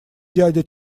дядя